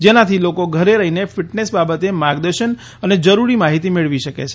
જેનાથી લોકો ઘરે રહીને ફિટનેસ બાબતે માર્ગદર્શન અને જરૂરી માહિતી મેળવી શકે છે